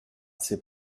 c’est